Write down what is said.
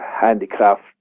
handicraft